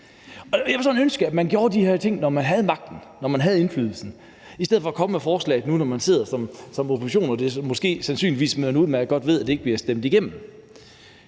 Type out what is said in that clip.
Jeg ville sådan ønske, at man gjorde de her ting, når man havde magten, når man havde indflydelsen, i stedet for at komme med forslaget nu, når man sidder som opposition og man udmærket godt ved, at det sandsynligvis ikke bliver stemt igennem.